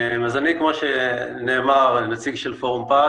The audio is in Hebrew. אני כמו שנאמר נציג של פורום פת,